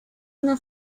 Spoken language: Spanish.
una